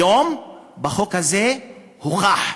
היום בחוק הזה, הוכח.